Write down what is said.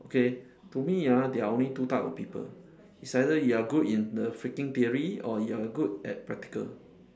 okay to me ah there are only two type of people it's either you are good in the freaking theory or you are good at practical